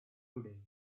today